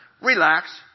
relax